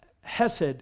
Hesed